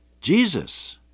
Jesus